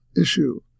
issue